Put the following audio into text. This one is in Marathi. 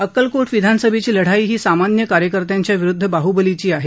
अक्कलकोट विधानसभेची लढाई ही सामान्य कार्यकर्त्यां विरुध्द बाह्बलीची आहे